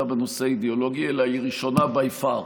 בנושא האידיאולוגי אלא היא ראשונה by far.